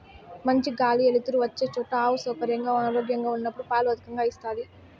మంచి గాలి ఎలుతురు వచ్చే చోట ఆవు సౌకర్యంగా, ఆరోగ్యంగా ఉన్నప్పుడు పాలు అధికంగా ఇస్తాది